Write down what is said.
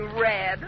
red